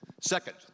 Second